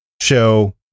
show